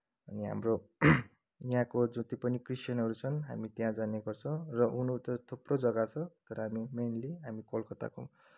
अनि हाम्रो यहाँको जति पनि क्रिस्टियनहरू छन् हामी त्यहाँ जाने गर्छौँ र हुनु त थुप्रो जग्गा छ तर हामी मेनली हामी कलकत्ताको